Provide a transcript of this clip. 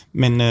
men